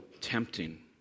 tempting